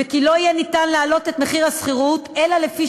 ולא יהיה ניתן להעלות את מחיר השכירות אלא לפי